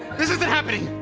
this isn't happening.